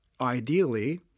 ideally